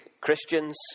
Christians